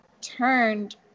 turned